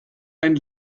ein